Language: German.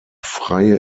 freie